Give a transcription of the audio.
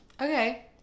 Okay